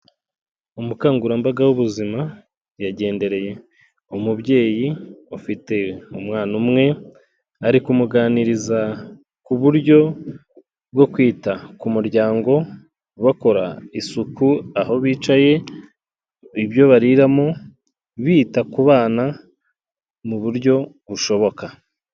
Umukangurambaga w'ubuzima, yagendereye umubyeyi ufite umwana umwe, ari kumuganiriza ku buryo bwo kwita ku muryango, bakora isuku aho bicaye, ibyo bariramo, bita ku bana mu buryo bushoboka.